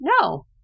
no